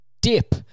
dip